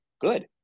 good